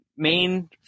Main